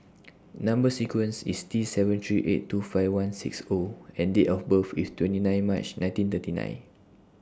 Number sequence IS T seven three eight two five one six O and Date of birth IS twenty nine March nineteen thirty nine